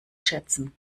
schätzen